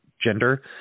gender